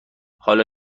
حالا